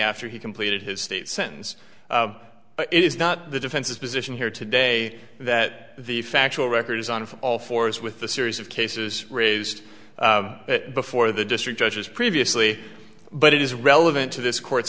after he completed his state sentence it is not the defense's position here today that the factual record is on all fours with the series of cases raised before the district judges previously but it is relevant to this court